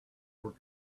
were